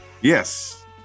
Yes